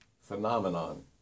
phenomenon